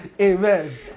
Amen